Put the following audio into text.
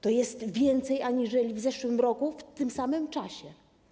To jest więcej, aniżeli było w zeszłym roku w tym samym czasie.